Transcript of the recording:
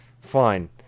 Fine